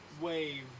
wave